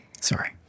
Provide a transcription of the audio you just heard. Sorry